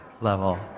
level